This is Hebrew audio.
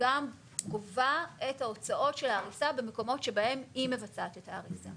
גם גובה את ההוצאות של ההריסה במקומות שבהם היא מבצעת את ההריסה.